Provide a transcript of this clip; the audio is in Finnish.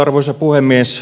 arvoisa puhemies